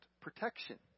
protection